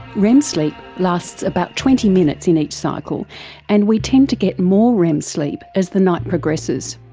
rem sleep lasts about twenty minutes in each cycle and we tend to get more rem sleep as the night progresses.